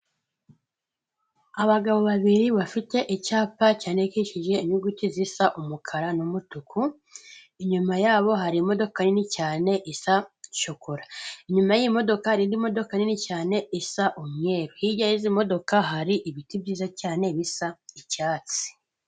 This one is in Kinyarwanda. Abagabo babiri bafite icyapa cyandikikije inyuguti zisa umukara n'umutuku, inyuma yabo hari imodoka nini cyane isa shokora. inyuma y'iyimodoka hari indi modoka nini cyane isa umweru, hirya y'izi modoka hari ibiti byiza cyane bisa icyatsi.